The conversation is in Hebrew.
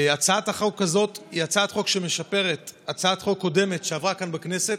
הצעת החוק הזאת משפרת הצעת חוק קודמת שעברה כאן בכנסת,